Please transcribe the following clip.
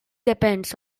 depends